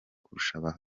kurusha